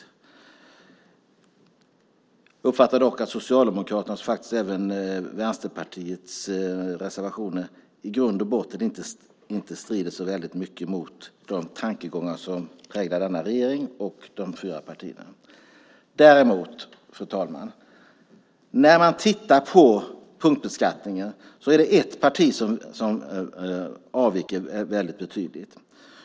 Jag uppfattar dock att Socialdemokraternas och även Vänsterpartiets reservationer i grund och botten inte strider särskilt mycket mot de tankegångar som präglar denna regering och de fyra partierna. Fru talman! När det gäller punktbeskattningen är det ett parti som avviker betydligt.